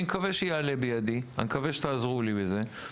אני מקווה שיעלה בידי, אני מקווה שתעזרו לי בזה.